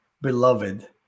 beloved